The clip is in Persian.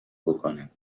بکنه